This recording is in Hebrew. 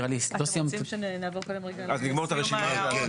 אתם רוצים שנעבור רגע קודם על סיום ההערות?